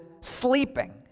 sleeping